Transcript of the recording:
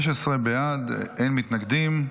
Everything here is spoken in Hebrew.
15 בעד, אין מתנגדים.